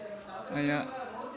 ᱟᱭᱟᱜ